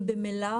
הם במילא